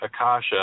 Akasha